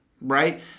right